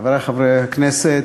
חברי חברי הכנסת,